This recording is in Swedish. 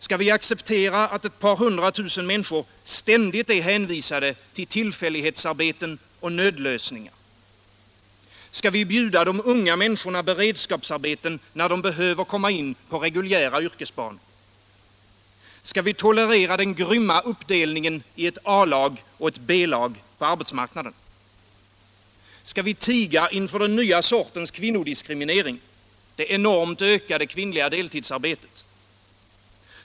Skall vi acceptera att ett par hundra tusen människor ständigt är hänvisade till tillfällighetsarbeten och nödlösningar? Skall vi bjuda de unga människorna beredskapsarbeten, när de behöver komma in på reguljära yrkesbanor? Skall vi tolerera den grymma uppdelningen i ett A-lag och ett B-lag på arbetsmarknaden? Skall vi tiga inför den nya sortens kvinnodiskriminering: det enormt ökade kvinnliga deltidsarbetet?